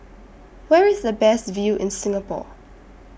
Where IS The Best View in Singapore